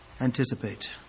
anticipate